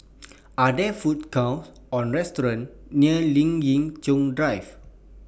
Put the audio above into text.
Are There Food Courts Or restaurants near Lien Ying Chow Drive